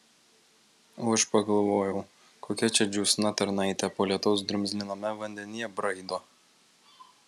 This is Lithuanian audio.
o aš pagalvojau kokia čia džiūsna tarnaitė po lietaus drumzliname vandenyje braido